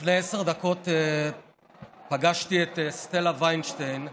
לפני עשר דקות פגשתי את סטלה ויינשטיין,